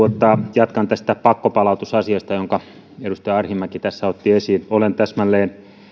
jatkan tästä pakkopalautusasiasta jonka edustaja arhinmäki otti esiin olen täsmälleen